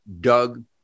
Doug